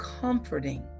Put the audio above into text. comforting